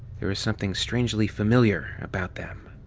there was something strangely familiar about them.